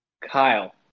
Kyle